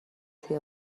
توی